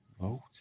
vote